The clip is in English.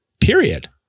period